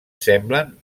semblen